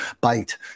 bite